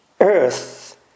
Earth